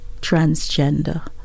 transgender